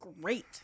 great